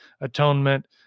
atonement